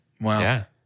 Wow